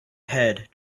head